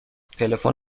تلفن